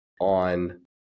on